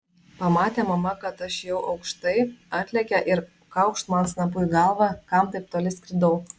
pamatė mama kad aš jau aukštai atlėkė ir kaukšt man snapu į galvą kam taip toli skridau